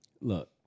look